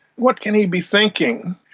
what can he be thinking?